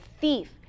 thief